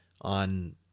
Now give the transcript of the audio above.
on